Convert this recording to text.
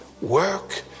work